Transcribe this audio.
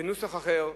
בנוסח אחר,